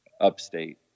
upstate